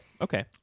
okay